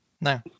no